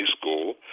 school